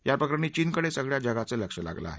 याप्रकरणी चीनकडे सगळ्या जगाचं लक्ष लागलं आहे